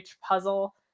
puzzle